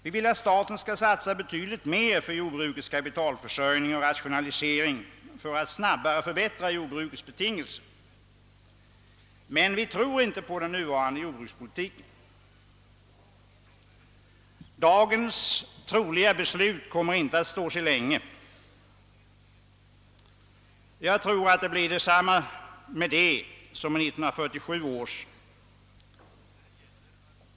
Vi vill att staten skall satsa betydligt mer på jordbrukets kapitalförsörjning och rationalisering för att snabbare förbättra jordbrukets betingelser. Men vi tror inte på den nuvarande jordbrukspolitiken. Det beslut som förmodligen fattas i dag kommer inte att stå sig länge. Jag tror att det blir på samma sätt med detta beslut som med 1947 års beslut i jordbruksfrågan.